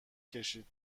کشید